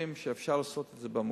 דברים שאפשר לעשות את הטיפול בזה במקום.